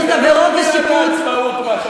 (עבירות ושיפוט) זאת לא מגילת העצמאות,